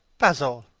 basil!